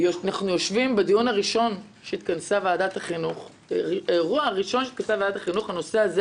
בדיון הראשון של ועדת החינוך הנושא הזה